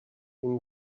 been